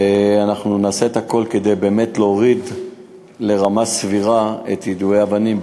ואנחנו נעשה את הכול כדי באמת להוריד לרמה סבירה את יידויי האבנים,